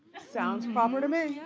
sounds proper to me. yeah